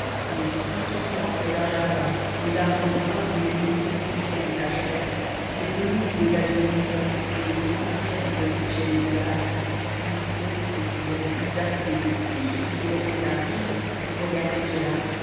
et contemplant près d'un jardin les arbres bruns où les bourgeons piquaient des taches vertes les pelouses au gazon luisant et le grand ciel où voltigeaient des nuages il comprit qu'il n'aurait plus assez de tout de ce qui lui restait à vivre pour regarder cela